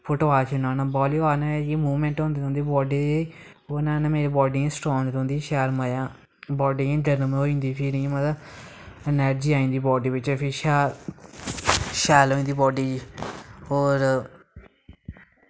foot बाल खेलना होन्ना volleyball कन्नै एह् कि मूवमैंट होंदी रौंह्दी बाडी दी ओह्दे ने मेरा बाडी इ'यां स्ट्रांग रौंह्दी शैल मज़ा बाडी इ'यां गर्म होई जंदी फिर इ'यां मतलब एनार्जी आई जंदा बाडी बिच्च फ्ही शैल शैल होई जंदी बाडी होर